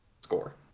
score